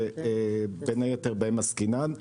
שבין היתר בהם עסקינן.